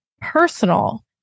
personal